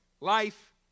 life